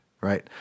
right